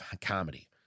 comedy